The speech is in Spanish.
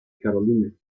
carolina